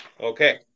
Okay